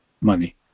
money